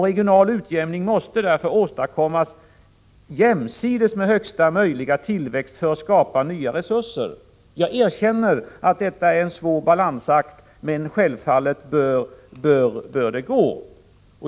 Regional utjämning måste därför åstadkommas jämsides med största möjliga tillväxt för att skapa nya resurser. Jag erkänner att detta är en svår balansakt, men självfallet bör det gå.